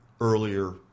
earlier